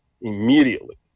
immediately